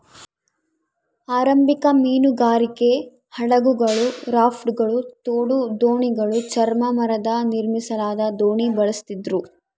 ಆರಂಭಿಕ ಮೀನುಗಾರಿಕೆ ಹಡಗುಗಳು ರಾಫ್ಟ್ಗಳು ತೋಡು ದೋಣಿಗಳು ಚರ್ಮ ಮರದ ನಿರ್ಮಿಸಲಾದ ದೋಣಿ ಬಳಸ್ತಿದ್ರು